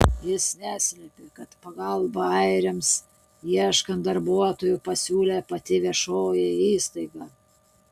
jis neslėpė kad pagalbą airiams ieškant darbuotojų pasiūlė pati viešoji įstaiga